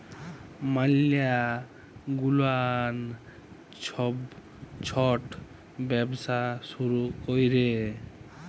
ম্যালা গুলান ছব ছট ব্যবসা শুরু ক্যরে